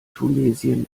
tunesien